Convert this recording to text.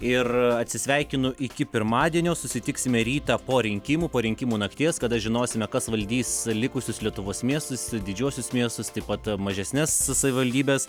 ir atsisveikinu iki pirmadienio susitiksime rytą po rinkimų po rinkimų nakties kada žinosime kas valdys likusius lietuvos miestus didžiuosius miestus taip pat mažesnes savivaldybes